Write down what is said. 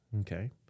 Okay